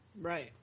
Right